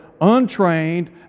untrained